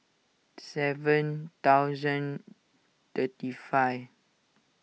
seven thousand thirty five